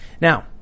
Now